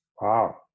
wow